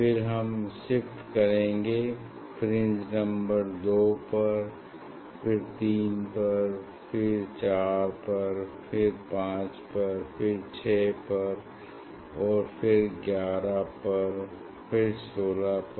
फिर हम शिफ्ट करेंगे फ्रिंज नंबर 2 पर फिर 3 पर 4 पर 5 पर फिर 6 पर और फिर 11 पर फिर 16 पर